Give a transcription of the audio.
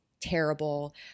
terrible